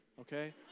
okay